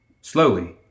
Slowly